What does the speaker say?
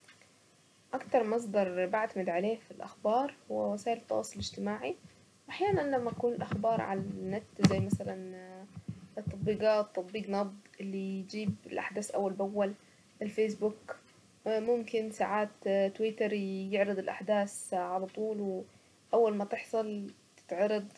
اكتر مصدر بعتمد عليه في الاخبار هو وسائل التواصل الاجتماعي، واحيانا لما تكون الاخبار على النت زي مثلا التطبيقات تطبيق نبض اللي يجيب الاحداث اول باول، الفيسبوك اه ممكن ساعات اه تويتر يعرض الاحداث على طول اول ما تحصل تتعرض.